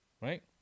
right